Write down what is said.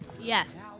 Yes